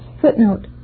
Footnote